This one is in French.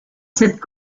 cette